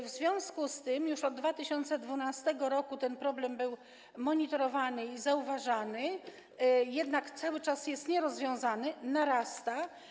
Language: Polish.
W związku z tym już od 2012 r. ten problem był monitorowany i zauważany, jednak cały czas jest nierozwiązany, narasta.